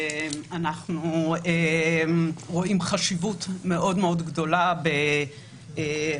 אנחנו רואים חשיבות מאוד גדולה בהצעת החוק.